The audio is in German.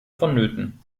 vonnöten